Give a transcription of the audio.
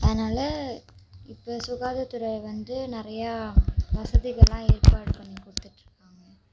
அதனால இப்போ சுகாதாரத் துறை வந்து நிறையா வசதிகள்லாம் ஏற்பாடு பண்ணி கொடுத்துட்டு இருக்காங்க